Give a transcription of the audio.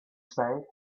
spade